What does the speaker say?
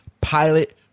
pilot